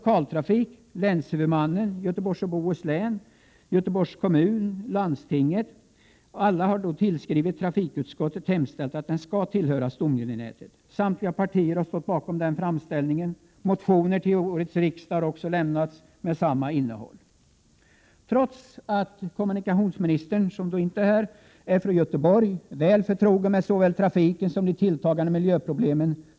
Man har även väckt motioner med samma innehåll till årets riksmöte. Kommunikationsministern — som inte finns i kammaren just nu — är från Göteborg och han är väl förtrogen med såväl trafiken som de tilltagande miljöproblemen.